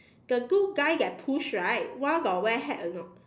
the two guy that push right one got wear hat or not